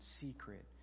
secret